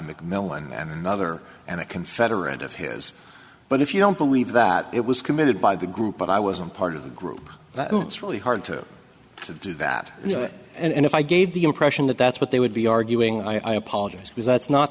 mcmillan other and a confederate of his but if you don't believe that it was committed by the group but i wasn't part of the group it's really hard to do that and if i gave the impression that that's what they would be arguing i apologize because that's not